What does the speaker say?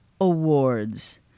awards